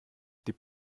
die